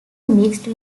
mixed